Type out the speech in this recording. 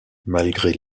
malgré